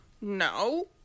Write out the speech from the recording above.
no